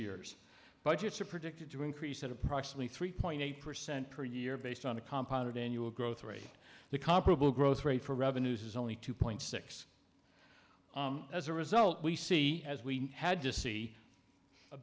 years budgets are predicted to increase at approximately three point eight percent per year based on a compound annual growth rate the comparable growth rate for revenues is only two point six as a result we see as we had to see a